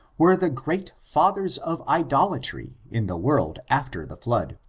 were the great fathers of idolatry in the world after the flood,